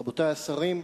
תודה, רבותי השרים,